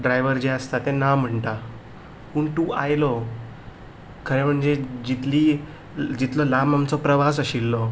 driver जे आसता ते ना म्हणटा पूण तूं आयलो खरें म्हनजे जितली जितलो लांब आमचो प्रवास आशिल्लो